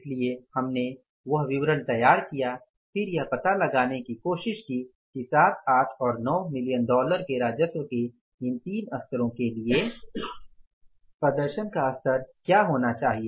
इसलिए हमने वह विवरण तैयार किया और फिर यह पता लगाने की कोशिश की कि सात आठ और नौ मिलियन डॉलर के राजस्व के इन तीन स्तरों पर प्रदर्शन का स्तर क्या होना चाहिए